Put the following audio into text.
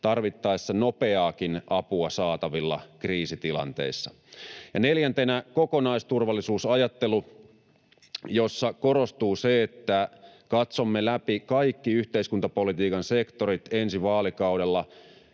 tarvittaessa nopeaakin apua saatavilla kriisitilanteissa. Ja neljäntenä kokonaisturvallisuusajattelu, jossa korostuu se, että katsomme läpi kaikki yhteiskuntapolitiikan sektorit ensi vaalikaudella: